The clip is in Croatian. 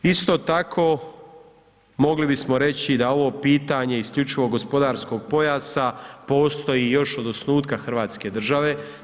Isto tako mogli bismo reći da ovo pitanje isključivog gospodarskog pojasa postoji još od osnutka hrvatske države.